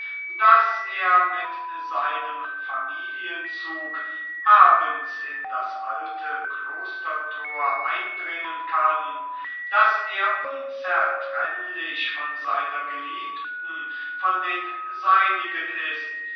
daß er mit seinem familienzug abends in das alte klostertor eindringen kann daß er unzertrennlich von seiner geliebten von den seinigen ist